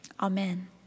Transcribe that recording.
amen